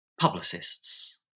publicists